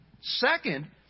Second